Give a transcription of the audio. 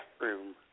room